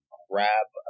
grab